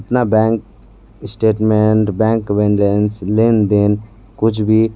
अपना bank statement bank balance लेन देन कुछ भी